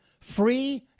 free